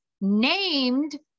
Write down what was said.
named